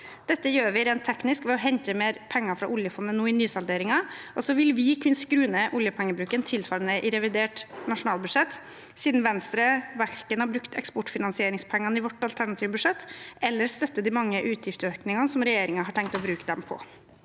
Dette gjør vi rent teknisk ved å hente mer penger fra oljefondet nå i nysalderingen. Så vil vi kunne skru ned oljepengebruken tilsvarende i revidert nasjonalbudsjett, siden Venstre verken har brukt eksportfinansieringspengene i vårt alternative budsjett eller støttet de mange utgiftsøkningene som regjeringen har tenkt å bruke dem på.